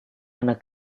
anak